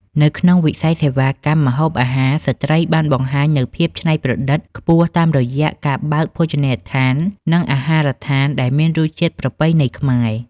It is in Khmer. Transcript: នៅក្នុងវិស័យសេវាកម្មម្ហូបអាហារ ស្ត្រីបានបង្ហាញនូវភាពច្នៃប្រឌិតខ្ពស់តាមរយៈការបើកភោជនីយដ្ឋាន និងអាហារដ្ឋានដែលមានរសជាតិប្រពៃណីខ្មែរ។